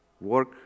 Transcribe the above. work